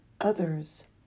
others